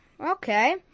Okay